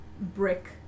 brick